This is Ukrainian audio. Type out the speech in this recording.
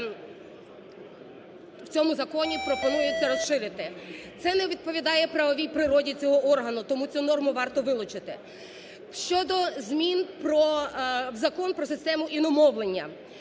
в цьому законі пропонується розширити. Це не відповідає правовій природі цього органу, тому цю норму варто вилучити. Щодо змін про в Закон про систему іномовлення.